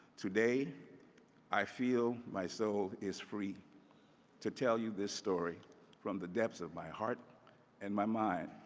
today i feel my soul is free to tell you this story from the depths of my heart and my mind.